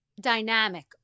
dynamic